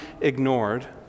ignored